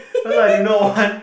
cause I do not want